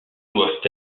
doivent